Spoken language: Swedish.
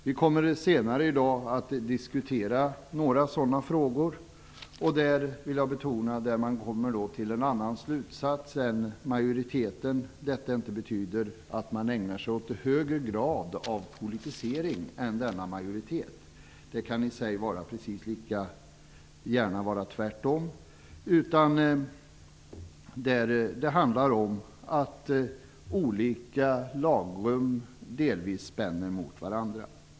Vi kommer senare i dag att diskutera några sådana frågor, där det faktum, det vill jag betona, att man kommer till en annan slutsats än majoriteten inte betyder att man ägnar sig åt högre grad av politisering än denna majoritet. Det kan i sig lika gärna vara precis tvärtom. Det handlar om att olika lagrum delvis spänner mot varandra.